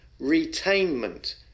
retainment